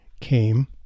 came